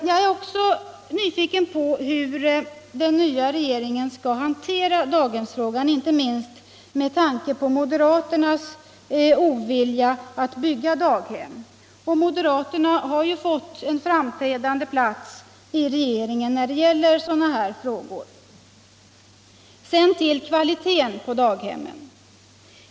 Jag är vidare nyfiken på hur den nya regeringen skall hantera daghemsfrågan, inte minst med tanke på moderaternas ovilja att bygga daghem — och moderaterna har ju fått en framträdande plats i regeringen när det gäller sådana här frågor. Sedan till kvaliteten på daghemmen.